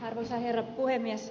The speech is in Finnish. arvoisa herra puhemies